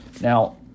Now